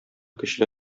көчле